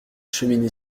cheminée